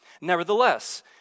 Nevertheless